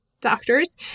doctors